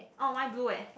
orh mine blue eh